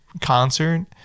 concert